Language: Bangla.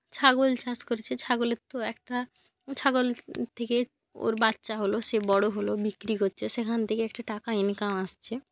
ছাগল চাষ করেছে ছাগলের তো একটা ছাগল থেকে ওর বাচ্চা হলো সে বড়ো হলো বিক্রি করছে সেখান থেকে একটা টাকা ইনকাম আসছে